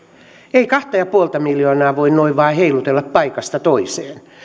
ei kahta pilkku viittä miljoonaa voi noin vain heilutella paikasta toiseen